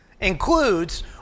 includes